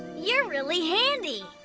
you're really handy.